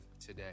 today